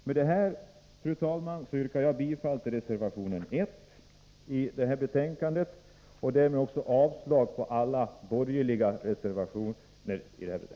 Med detta, fru talman, yrkar jag bifall till reservation 1 och därmed avslag på alla borgerliga reservationer i detta betänkande.